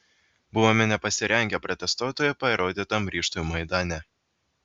buvome nepasirengę protestuotojų parodytam ryžtui maidane